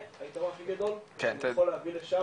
מגיע לשם